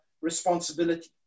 responsibility